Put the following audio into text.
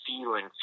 feeling